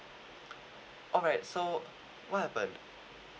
alright so what happened